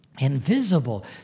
Invisible